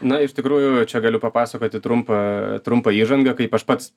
na iš tikrųjų čia galiu papasakoti trumpą trumpą įžangą kaip aš pats